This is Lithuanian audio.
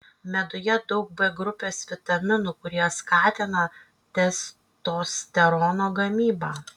meduje daug b grupės vitaminų kurie skatina testosterono gamybą